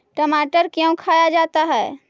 टमाटर क्यों खाया जाता है?